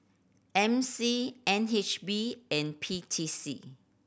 M C N H B and P T C